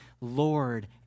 Lord